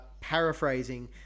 paraphrasing